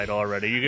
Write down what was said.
already